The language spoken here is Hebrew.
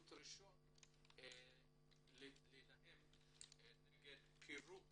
עדיפות ראשונה להילחם נגד פירוק